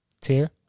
tier